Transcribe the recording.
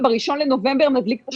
וב-1 לנובמבר נדליק את השאלטר.